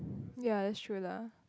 ya that's true lah